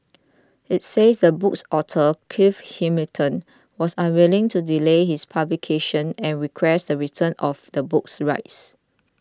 it said the book's author Clive Hamilton was unwilling to delay his publication and requested the return of the book's rights